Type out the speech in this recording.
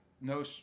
no